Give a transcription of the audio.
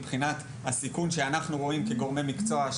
מבחינת הסיכון שאנחנו רואים כגורמי מקצוע,